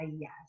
yes